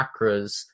chakras